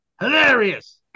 Hilarious